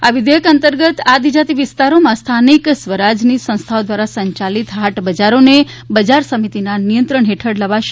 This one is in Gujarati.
આ વિઘેયક અંતર્ગત આદિજાતિ વિસ્તારોમાં સ્થાનિક સ્વરાજ્યની સંસ્થાઓ દ્વારા સંચાલિત હાટ બજારોને બજાર સમિતિના નિયંત્રણ હેઠળ લવાશે